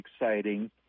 exciting